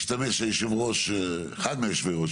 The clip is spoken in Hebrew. השתמש אחד מיושבי-הראש,